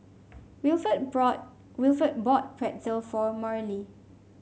Wilford bought Wilford bought Pretzel for Marlie